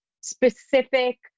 specific